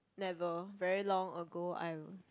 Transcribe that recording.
never very long ago I